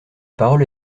parole